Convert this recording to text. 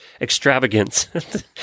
extravagance